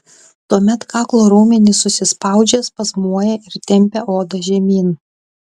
tuomet kaklo raumenys susispaudžia spazmuoja ir tempia odą žemyn